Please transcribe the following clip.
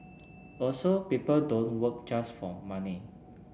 also people don't work just for money